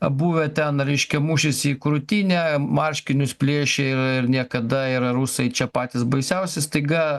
buvę ten reiškia mušėsi į krūtinę marškinius plėšė ir ir niekada rusai čia patys baisiausi staiga